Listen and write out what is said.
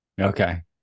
Okay